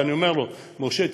ואני אומר לו: משה,